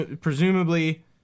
Presumably